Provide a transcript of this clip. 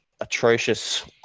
atrocious